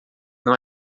não